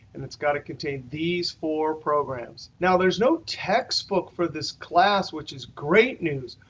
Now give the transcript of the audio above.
and it's got to contain these four programs. now there's no textbook for this class, which is great news.